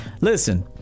Listen